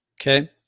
Okay